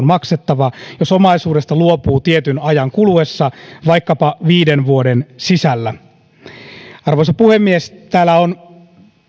maksettava jos omaisuudesta luopuu tietyn ajan kuluessa vaikkapa viiden vuoden sisällä arvoisa puhemies täällä on